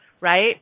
right